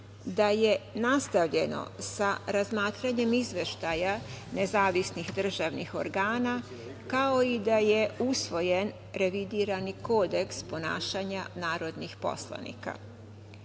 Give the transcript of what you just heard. da je nastavljeno sa razmatranjem izveštaja nezavisnih državnih organa, kao i da je usvojen revidirani Kodeks ponašanja narodnih poslanika. Deo